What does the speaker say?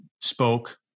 spoke